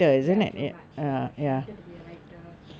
ya jo marge she wanted to be a writer